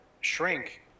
shrink